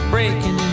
Breaking